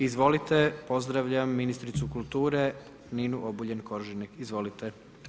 Izvolite, pozdravljam ministricu kulture Ninu Obuljen Koržinek, izvolite.